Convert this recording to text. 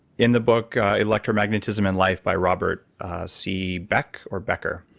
in the book electromagnetism and life, by robert c. beck or becker.